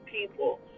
people